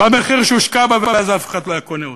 במחיר שהושקע בה, ואז אף אחד לא היה קונה אותה.